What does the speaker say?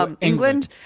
england